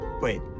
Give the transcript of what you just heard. Wait